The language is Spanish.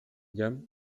jam